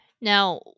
Now